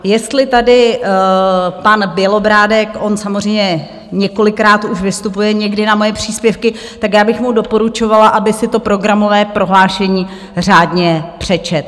Jestli tady pan Bělobrádek, on samozřejmě několikrát už vystupuje někdy na moje příspěvky, tak já bych mu doporučovala, aby si to programové prohlášení řádně přečetl.